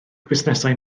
busnesau